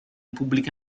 pubbliche